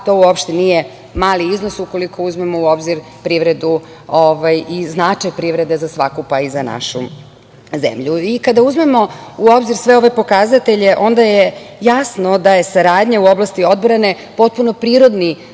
uopšte mali iznos ukoliko uzmemo u obzir privredu i značaj privrede za svaku, pa i za našu zemlju. Kada uzmemo u obzir sve ove pokazatelje onda je jasno da je saradnja u oblasti odbrane potpuno prirodni